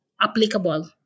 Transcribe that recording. applicable